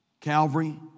Calvary